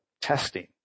testing